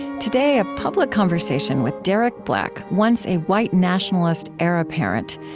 today, a public conversation with derek black, once a white nationalist heir apparent,